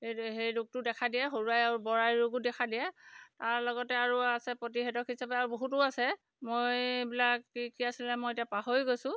এইটো সেই ৰোগটো দেখা দিয়ে সৰুআই আৰু বৰআই ৰোগো দেখা দিয়ে তাৰ লগতে আৰু আছে প্ৰতিষেধক হিচাপে আৰু বহুতো আছে মই এইবিলাক কি কি আছিলে মই এতিয়া পাহৰি গৈছোঁ